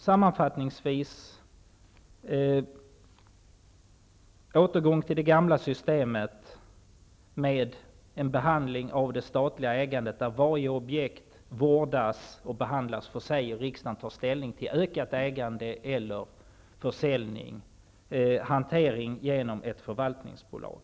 Sammanfattningsvis önskar jag en återgång till det gamla systemet med en hantering av det statliga ägandet där varje objekt vårdas för sig. Riskdagen tar sedan ställning till ökat ägande, försäljning eller hanterande i ett förvaltningsbolag.